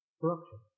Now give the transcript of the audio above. corruption